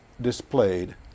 displayed